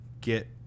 get